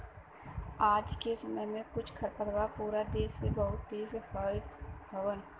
आज के समय में कुछ खरपतवार पूरा देस में बहुत तेजी से फइलत हउवन